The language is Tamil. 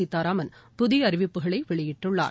சீதாராமன் புதிய அறிவிப்புகளை வெளியிட்டுள்ளார்